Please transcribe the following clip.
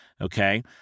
Okay